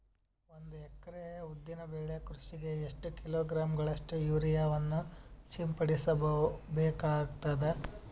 ಒಂದು ಎಕರೆ ಉದ್ದಿನ ಬೆಳೆ ಕೃಷಿಗೆ ಎಷ್ಟು ಕಿಲೋಗ್ರಾಂ ಗಳಷ್ಟು ಯೂರಿಯಾವನ್ನು ಸಿಂಪಡಸ ಬೇಕಾಗತದಾ?